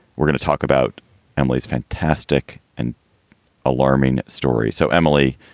we're gonna talk about emily's fantastic and alarming story. so, emily,